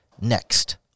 next